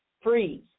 freeze